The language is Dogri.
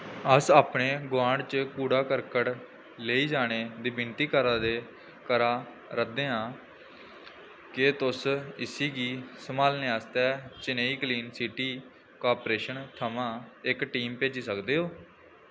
अस अपने गुआंढ च कूड़ा करकट लेई जाने दी विनती करा 'रदे आं केह् तुस इस्सी गी सम्हालने आस्तै चेन्नई क्लीन सिटी कार्पोरेशन थमां इक टीम भेजी सकदे ओ